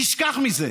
תשכח מזה.